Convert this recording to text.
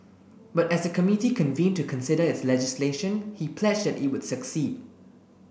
but as the committee convened to consider its legislation he pledged that it would succeed